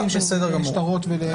בסדר גמור.